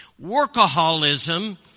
Workaholism